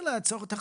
נפלא.